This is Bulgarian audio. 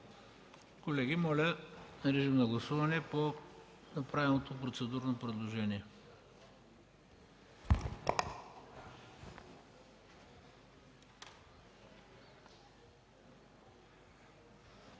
Колеги, моля, режим на гласуване за направеното процедурно предложение.